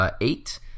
eight